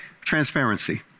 transparency